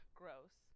gross